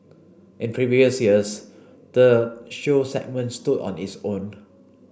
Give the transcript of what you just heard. in previous years the show segment stood on its own